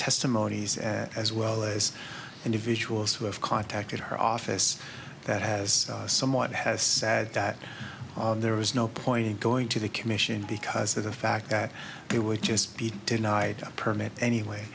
testimonies as well as individuals who have contacted her office that has somewhat has said that there was no point going to the commission because of the fact that they would just be denied a permit anyway